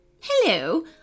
Hello